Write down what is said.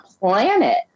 planet